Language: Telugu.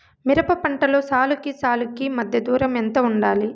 మిరప పంటలో సాలుకి సాలుకీ మధ్య దూరం ఎంత వుండాలి?